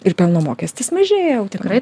ir pelno mokestis mažėja jau tikrai